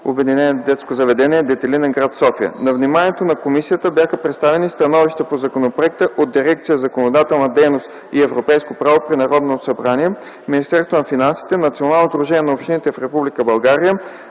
– директор на ОДЗ „Детелина” – гр. София. На вниманието на комисията бяха представени становища по законопроекта от дирекция „Законодателна дейност и европейско право” при Народното събрание, Министерството на финансите, Националното сдружение на общините в Република България,